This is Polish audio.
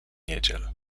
niedziel